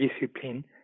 discipline